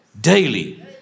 daily